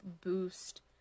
boost